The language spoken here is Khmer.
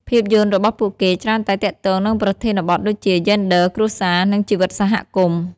ភាពយន្តរបស់ពួកគេច្រើនតែទាក់ទងនឹងប្រធានបទដូចជា យេនឌ័រ គ្រួសារ និងជីវិតសហគមន៍។